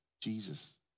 Jesus